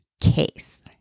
case